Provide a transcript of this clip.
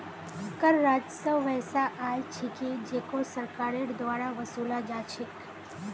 कर राजस्व वैसा आय छिके जेको सरकारेर द्वारा वसूला जा छेक